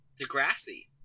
degrassi